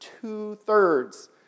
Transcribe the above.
two-thirds